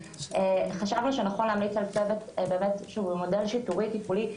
חשבנו שנכון להמליץ על צוות שהוא מודל שיטורי-טיפולי,